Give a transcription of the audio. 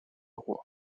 roi